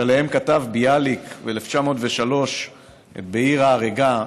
שעליהם כתב ביאליק ב-1903 את "בעיר ההרגה",